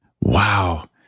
Wow